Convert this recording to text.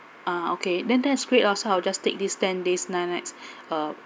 ah okay then that is great ah so I'll just take this ten days nine nights uh